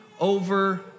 over